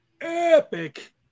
epic